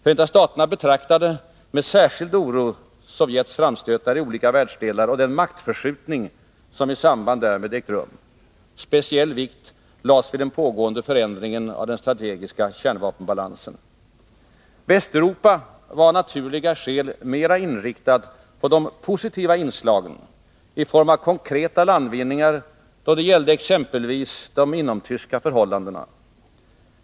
Förenta staterna betraktade med särskild oro Sovjets framstötar i olika världsdelar och den maktförskjutning som i samband därmed ägt rum. Speciell vikt lades vid den pågående förändringen av den strategiska kärnvapenbalansen. Västeuropa var av naturliga skäl mera inriktat på de positiva inslagen i form av konkreta landvinningar då det gällde exempelvis de inomtyska förhållandena.